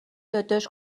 یادداشت